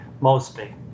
mostly